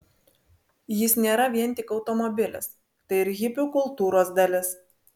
jis nėra vien tik automobilis tai ir hipių kultūros dalis